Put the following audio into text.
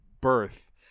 birth